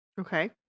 Okay